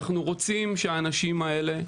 אנחנו רוצים שהאנשים האלה,